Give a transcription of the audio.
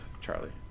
Charlie